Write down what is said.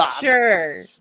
Sure